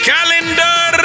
Calendar